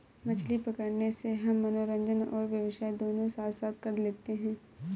मछली पकड़ने से हम मनोरंजन और व्यवसाय दोनों साथ साथ कर लेते हैं